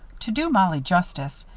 to do mollie justice,